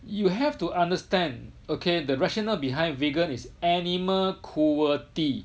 you have to understand okay the rationale behind vegan is animal cruelty